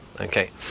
okay